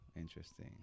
Interesting